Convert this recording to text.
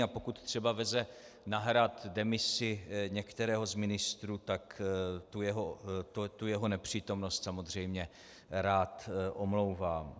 A pokud třeba veze na Hrad demisi některého z ministrů, tak jeho nepřítomnost samozřejmě rád omlouvám.